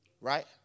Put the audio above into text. Right